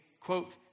quote